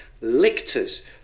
lictors